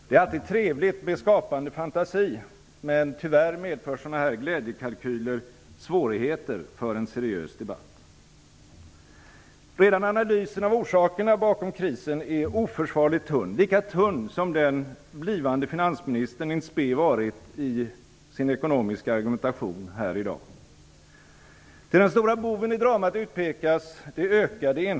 Det är alltid trevligt med skapande fantasi, men tyvärr medför sådana här glädjekalkyler svårigheter för en seriös debatt. Redan analysen av orsakerna bakom krisen är oförsvarligt tunn, lika tunn som den blivande finansministern i spe varit i sin ekonomiska argumentation här i dag.